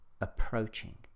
approaching